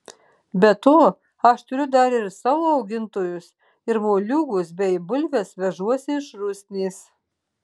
be to aš turiu dar ir savo augintojus ir moliūgus bei bulves vežuosi iš rusnės